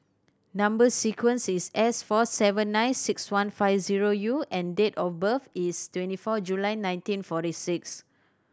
number sequence is S four seven nine six one five zero U and date of birth is twenty four July nineteen forty six